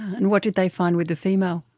and what did they find with the female?